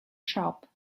shop